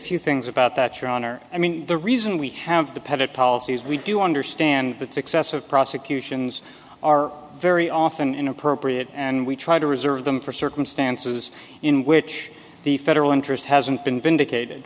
few things about that your honor i mean the reason we have the pettitte policies we do understand that excessive prosecutions are very often inappropriate and we try to reserve them for circumstances in which the federal interest hasn't been vindicated